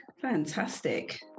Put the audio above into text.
fantastic